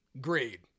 grade